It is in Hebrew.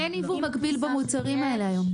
אין יבוא מקביל במוצרים האלה היום.